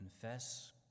confess